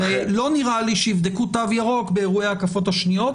ולא נראה לי שיבדקו תו ירוק באירועי ההקפות השניות,